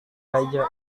raja